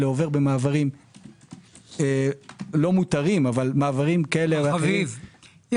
עובר במעברים לא מותרים אבל כאלה- -- יש